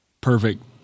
Perfect